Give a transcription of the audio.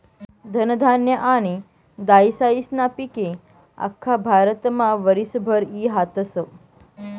धनधान्य आनी दायीसायीस्ना पिके आख्खा भारतमा वरीसभर ई हातस